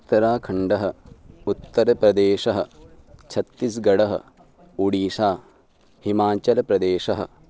उत्तराखण्डः उत्तरप्रदेशः छत्तिस्गडः ओडीसा हिमाचलप्रदेशः